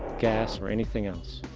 gas or anything else.